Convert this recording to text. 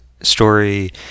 story